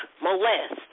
molest